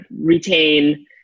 retain